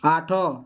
ଆଠ